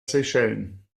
seychellen